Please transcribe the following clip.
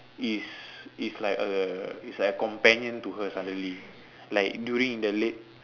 is is like a is like a companion to her suddenly like during the late